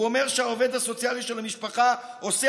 הוא אומר שהעובד הסוציאלי של המשפחה עושה